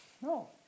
No